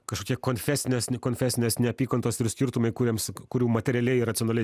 kažkokie konfesinės konfesinės neapykantos ir skirtumai kuriems kurių materialiai racionaliai